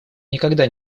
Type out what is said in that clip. никогда